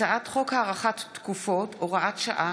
הצעת חוק הארכת תקופות (הוראת שעה,